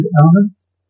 elements